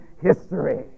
history